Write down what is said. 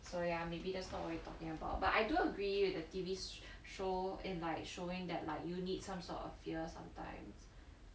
so ya maybe that's what were you talking about but I do agree with the T_V show in like showing that like you need some sort of fear sometimes